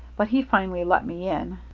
but he finally let me in,